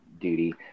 duty